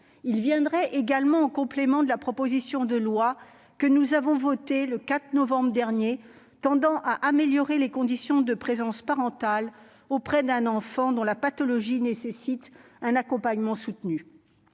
Il viendrait également en complément de la proposition de loi que nous avons votée le 4 novembre dernier visant à améliorer les conditions de présence parentale auprès d'un enfant dont la pathologie nécessite un accompagnement soutenu.